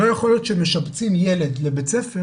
לא יכול להיות שמשבצים ילד לבית ספר